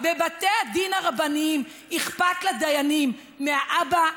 בבתי הדין הרבניים אכפת לדיינים מהאבא,